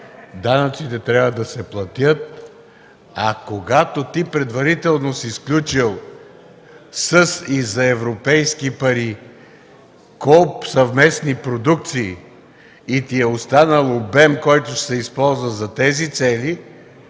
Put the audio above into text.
данъците трябва да се платят. А когато ти предварително си сключил със и за европейски пари съвместни продукции, и ти е останал обем, който ще се използва за тези цели,